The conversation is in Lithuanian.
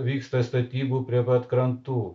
vyksta statybų prie pat krantų